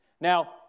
Now